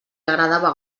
agradava